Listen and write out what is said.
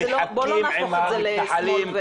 בוא לא נהפוך את זה לשמאל --- המג"בניקים